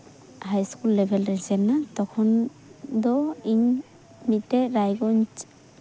high school ᱞᱮᱵᱮᱞ ᱨᱤᱧ ᱥᱮᱱ ᱮᱱᱟ ᱛᱚᱠᱷᱚᱱ ᱫᱚ ᱤᱧ ᱢᱤᱫᱴᱮᱡ ᱨᱟᱭᱜᱚᱸᱡᱽ